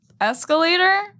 escalator